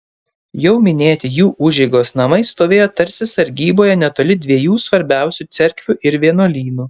jau minėti jų užeigos namai stovėjo tarsi sargyboje netoli dviejų svarbiausių cerkvių ir vienuolynų